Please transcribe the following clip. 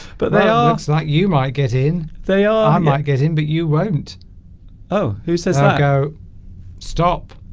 but they are like you might get in they are i might get in but you won't oh who says that go stop